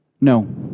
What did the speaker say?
No